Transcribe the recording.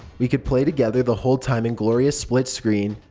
we could play together the whole time, in glorious split-screen.